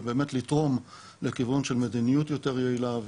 ובאמת לתרום לכיוון של מדיניות יותר יעילה,